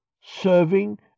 serving